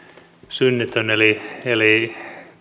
synnitön eli eli